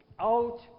out